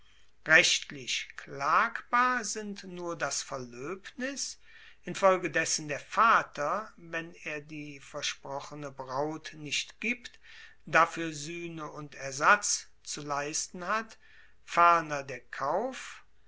rechtlich klagbar sind nur das verloebnis infolgedessen der vater wenn er die versprochene braut nicht gibt dafuer suehne und ersatz zu leisten hat ferner der kauf